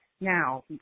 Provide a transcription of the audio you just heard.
Now